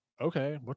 okay